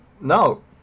no